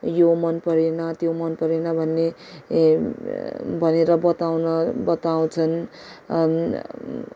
यो मनपरेन त्यो मनपरेन भन्ने भनेर बताउन बताउँछन्